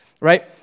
right